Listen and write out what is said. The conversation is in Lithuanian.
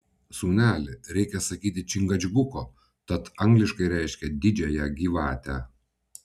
sūneli reikia sakyti čingačguko tat angliškai reiškia didžiąją gyvatę